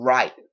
Right